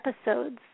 episodes